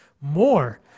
more